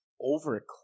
over